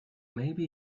maybe